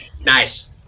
Nice